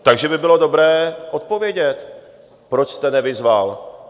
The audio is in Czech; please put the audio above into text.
Takže by bylo dobré odpovědět, proč jste nevyzval.